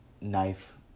knife